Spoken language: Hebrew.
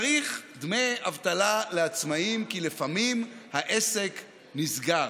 צריך דמי אבטלה לעצמאים, כי לפעמים העסק נסגר.